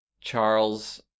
Charles